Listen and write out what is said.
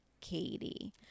Katie